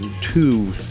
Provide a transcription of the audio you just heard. two